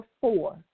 four